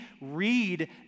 read